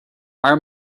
our